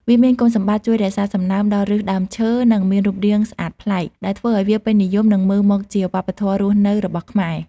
វាមានគុណសម្បត្តិជួយរក្សាសំណើមដល់ឫសដើមឈើ និងមានរូបរាងស្អាតប្លែក ដែលធ្វើឱ្យវាពេញនិយមនិងមើលមកជាវប្បធម៌រស់នៅរបស់ខ្មែរ។